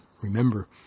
remember